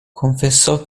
confessò